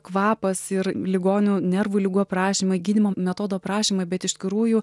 kvapas ir ligonių nervų ligų aprašymai gydymo metodų aprašymai bet iš tikrųjų